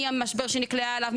מהמשבר שנקלעה אליו,